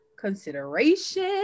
Consideration